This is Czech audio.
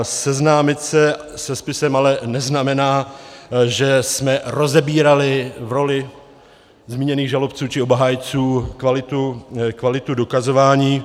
Seznámit se se spisem ale neznamená, že jsme rozebírali v roli zmíněných žalobců či obhájců kvalitu dokazování.